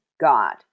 God